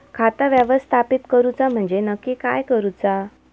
खाता व्यवस्थापित करूचा म्हणजे नक्की काय करूचा?